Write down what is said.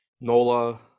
Nola